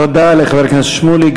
תודה לחבר הכנסת שמולי.